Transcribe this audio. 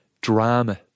drama